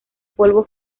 polvo